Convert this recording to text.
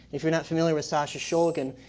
if you're not familiar with sasha shulgin,